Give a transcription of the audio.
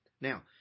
Now